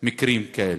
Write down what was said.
מקרים כאלה?